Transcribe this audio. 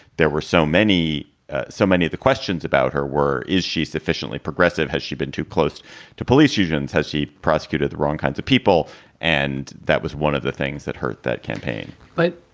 there were so many so many of the questions about her were is she sufficiently progressive? has she been too close to police unions? has she prosecuted the wrong kinds of people? and that was one of the things that hurt that campaign but,